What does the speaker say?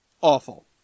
Awful